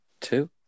two